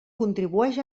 contribueix